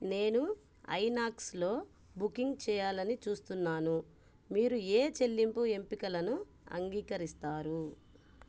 నేను ఐనాక్స్లో బుకింగ్ చేయాలని చూస్తున్నాను మీరు ఏ చెల్లింపు ఎంపికలను అంగీకరిస్తారు